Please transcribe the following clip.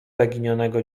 zaginionego